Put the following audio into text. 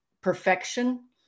perfection